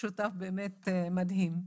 שותף באמת מדהים.